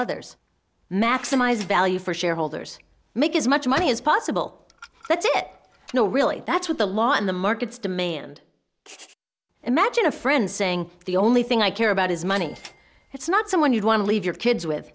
others maximize value for shareholders make as much money as possible that's it no really that's what the law and the markets demand imagine a friend saying the only thing i care about is money it's not someone you'd want to leave your kids with